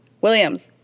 Williams